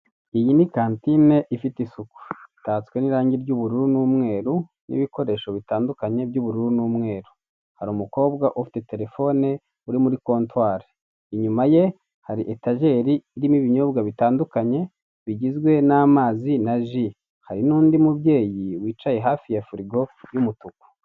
Iyi ni kantine, ifite isuku. Itatswe n'irangi ry'ubururu n'umweru, n'ibikoresho bitandukanye, by'ubururu n'umweru. Hari umukobwa ufite telefone, uri muri kontwari. Inyuma ye hari etajeri irimo ibinyobwa bitandukanye, bigizwe n'amazi na ji. Hari n'undi mubyeyi wicaye hafi ya firigo y'umutuku.